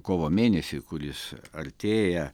kovo mėnesį kuris artėja